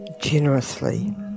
generously